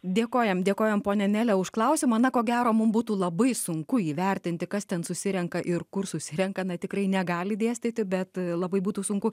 dėkojam dėkojam ponia nele už klausimą na ko gero mum būtų labai sunku įvertinti kas ten susirenka ir kur susirenka na tikrai negali dėstyti bet labai būtų sunku